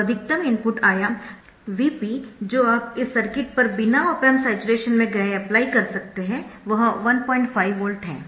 तो अधिकतम इनपुट आयाम Vp जो आप इस सर्किट पर बिना ऑप एम्प स्याचुरेशन में गए अप्लाई कर सकते है वह 15 वोल्ट है